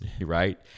right